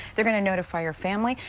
they're going to notify your family.